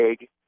egg